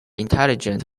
intelligent